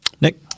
Nick